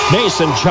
Mason